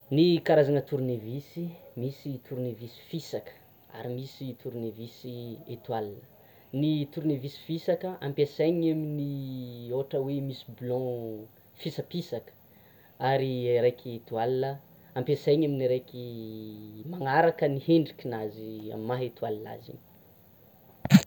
Ny karazana tournevis, misy tournevis fisaka, ny tournevis etoile, ny tournevis fisaka ampiasainy amin'ny ohatra hoe misy blon fisapisapisaka ary araiky étoile ampiasainy amin'ny araiky araka ny endrikinazy amin'ny maha étoile azy.